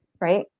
right